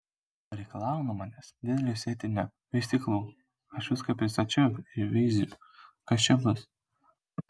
pareikalavo nuo manęs didelio sėtinio vystyklų aš viską pristačiau ir veiziu kas čia bus